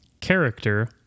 character